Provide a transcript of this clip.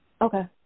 Okay